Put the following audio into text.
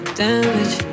damage